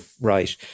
right